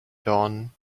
dawn